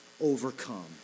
overcome